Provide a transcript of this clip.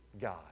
God